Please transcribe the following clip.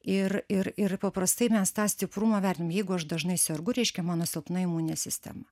ir ir ir paprastai mes tą stiprumą vertinam jeigu aš dažnai sergu reiškia mano silpna imuninė sistema